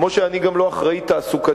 כמו שאני גם לא אחראי לבטיחות תעסוקתית,